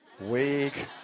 Weak